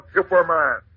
Superman